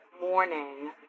morning